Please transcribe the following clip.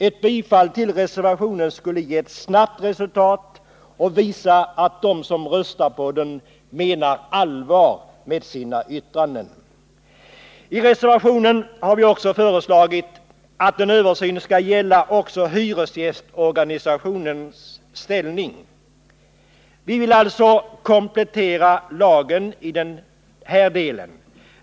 Ett bifall till reservationen skulle ge ett snabbt resultat och visa att de som röstar på den menar allvar med sina yttranden. I reservationen har vi också föreslagit att en översyn skall gälla även hyresgästorganisationernas ställning. Vi vill alltså komplettera lagen i den här delen.